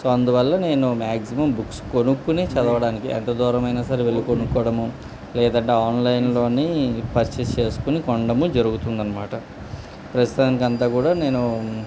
so అందువల్ల నేను maximum books కొనుక్కోని చదవడానికి ఎంత దూరమైన సరే వెళ్లి కొనుక్కోవడము లేదంటే ఆన్లైన్లోని పర్చేస్ చేసుకుని కొనడము జరుగుతుంది అన్నమాట ప్రస్తుతానికి అంతా కూడా నేను